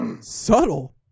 Subtle